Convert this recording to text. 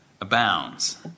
abounds